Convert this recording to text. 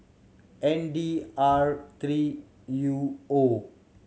N D R three U O